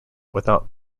without